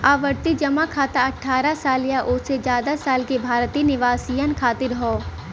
आवर्ती जमा खाता अठ्ठारह साल या ओसे जादा साल के भारतीय निवासियन खातिर हौ